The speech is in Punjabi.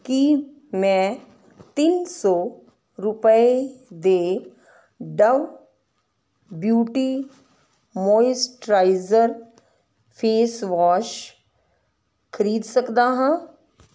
ਕੀ ਮੈਂ ਤਿੰਨ ਸੌ ਰੁਪਏ ਦੇ Dove beauty moisturiser face wash ਖਰੀਦ ਸਕਦਾ ਹਾਂ